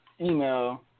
email